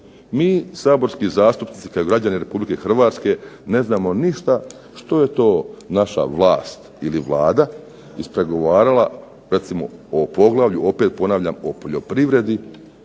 mi Saborski zastupnici kao građani Republike Hrvatske ne znamo ništa što je to naša vlast ili Vlada ispregovarala o poglavlju o poljoprivredi,